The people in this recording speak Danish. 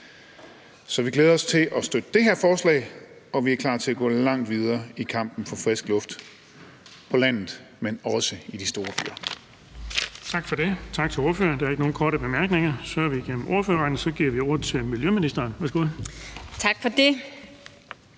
Så vi glæder os til at støtte det her forslag, og vi er klar til at gå langt videre i kampen for frisk luft – på landet, men også i de store byer.